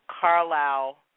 Carlisle